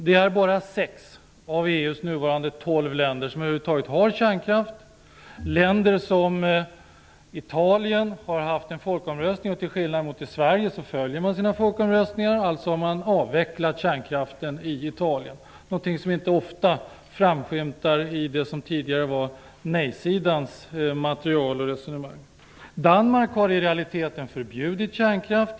Det är bara sex av EU:s nuvarande tolv länder som över huvud taget har kärnkraft. Ett land som Italien har haft en folkomröstning, och till skillnad från i Sverige så följer man sina folkomröstningar. Man har alltså avvecklat kärnkraften i Italien. Det är någonting som inte ofta framskymtar i det som tidigare var nej-sidans material och resonemang. Danmark har i realiteten förbjudit kärnkraft.